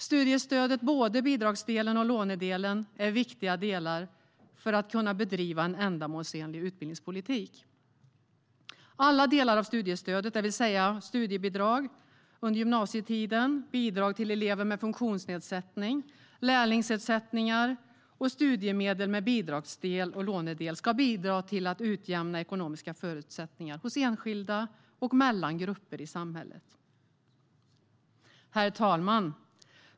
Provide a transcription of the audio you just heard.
Studiestödet, både bidragsdelen och lånedelen, är viktiga delar i en ändamålsenlig utbildningspolitik. Alla delar av studiestödet, det vill säga studiebidrag under gymnasietiden, bidrag till elever med funktionsnedsättning, lärlingsersättningar och studiemedel med bidragsdel och lånedel, ska bidra till att utjämna ekonomiska förutsättningar mellan enskilda och mellan grupper i samhället. Herr talman!